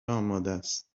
آمادست